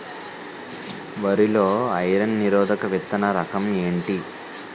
వరి లో ఐరన్ నిరోధక విత్తన రకం ఏంటి?